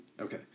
Okay